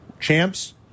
champs